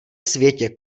světě